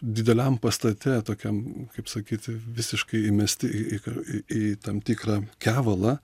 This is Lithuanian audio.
dideliam pastate tokiam kaip sakyti visiškai įmesti į į į tam tikrą kevalą